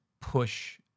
push